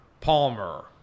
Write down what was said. Palmer